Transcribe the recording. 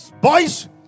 boys